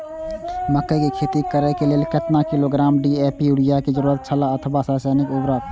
मकैय के खेती करे के लेल केतना किलोग्राम डी.ए.पी या युरिया के जरूरत छला अथवा रसायनिक उर्वरक?